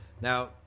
Now